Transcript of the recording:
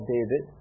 David